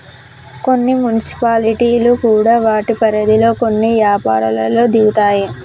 కొన్ని మున్సిపాలిటీలు కూడా వాటి పరిధిలో కొన్ని యపారాల్లో దిగుతాయి